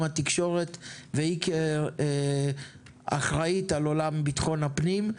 התקשורת והיא כאחראית על עולם ביטחון הפנים.